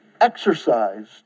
exercised